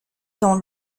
dans